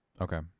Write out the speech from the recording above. Okay